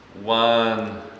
one